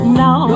now